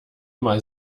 mal